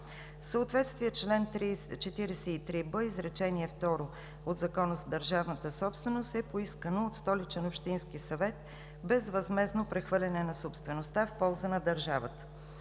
в съответствие с чл. 43б, изречение второ от Закона за държавната собственост, е поискано от Столичен общински съвет безвъзмездно прехвърляне на собствеността в полза на държавата.